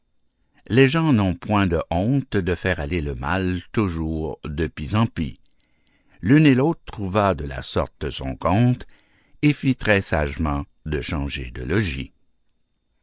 les gens n'ont point de honte de faire aller le mal toujours de pis en pis l'une et l'autre trouva de la sorte son compte et fit très sagement de changer de logis